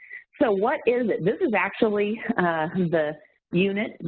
so, what is it? this is actually the unit, but